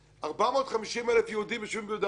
450,000 יהודים יושבים ביהודה ושומרון,